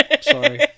Sorry